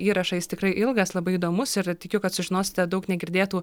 įrašą jis tikrai ilgas labai įdomus ir tikiu kad sužinosite daug negirdėtų